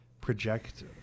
project